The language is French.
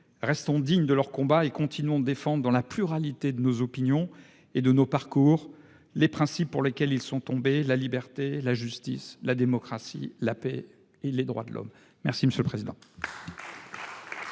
restons dignes de leur combat et continuons de défendre, dans la pluralité de nos opinions et de nos parcours, les principes pour lesquels ils sont tombés : la liberté, la justice, la démocratie, la paix et les droits de l'homme. Acte vous est donné de